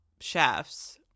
chefs